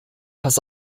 pass